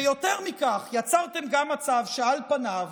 ויותר מכך, יצרתם גם מצב שעל פניו